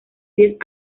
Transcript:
diez